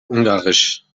ungarisch